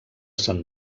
sant